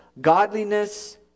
godliness